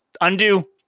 Undo